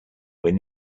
when